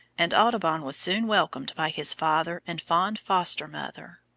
and audubon was soon welcomed by his father and fond foster-mother.